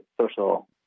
social